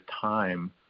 time